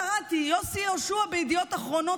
קראתי בידיעות אחרונות,